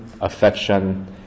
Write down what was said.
affection